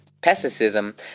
pessimism